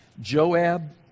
Joab